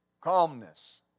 Calmness